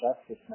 Justice